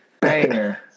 banger